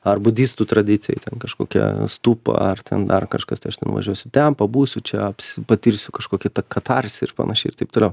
ar budistų tradicijai ten kažkokia stupa ar ten dar kažkas tai aš nuvažiuosiu ten pabūsiu čia patirsiu kažkokį katarsį ir panašiai ir taip toliau